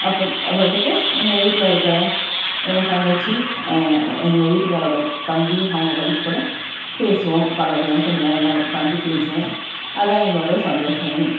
அப்புறம் அப்புறடிக்கு எங்கள் வீட்டில் இருக்கிற எங்கள் தங்கச்சி எங்க வீட்டுக்காரோடய தம்பி அவங்க ஒய்ஃப் கூட பேசுவோம் பழகுவோம் கொஞ்ச நேரம் எல்லா உக்காந்து பேசுவோம் அதுதான் எங்களோடைய சந்தோஷமே